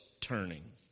turning